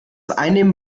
einnehmen